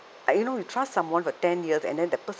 like you know you trust someone for ten years and then the per~